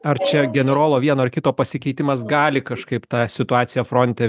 ar čia generolo vieno ar kito pasikeitimas gali kažkaip tą situaciją fronte